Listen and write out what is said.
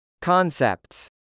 Concepts